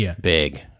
big